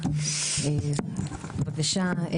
בבקשה,